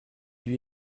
lui